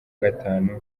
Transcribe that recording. gatanu